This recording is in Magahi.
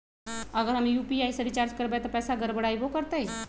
अगर हम यू.पी.आई से रिचार्ज करबै त पैसा गड़बड़ाई वो करतई?